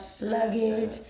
luggage